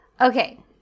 okay